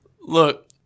Look